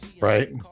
right